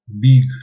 big